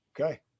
Okay